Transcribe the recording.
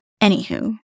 Anywho